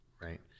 right